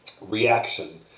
reaction